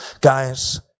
Guys